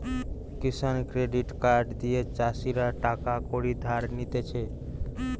কিষান credit card দিয়ে চাষীরা টাকা কড়ি ধার নিতেছে